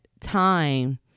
time